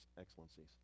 excellencies